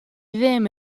ddim